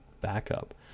backup